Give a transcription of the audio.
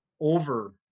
over